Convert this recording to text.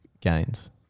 gains